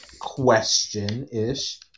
question-ish